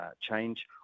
change